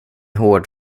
hård